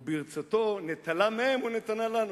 וברצותו נטלה מהם ונתנה לנו.